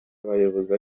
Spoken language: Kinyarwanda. abayobozi